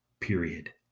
period